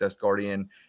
guardian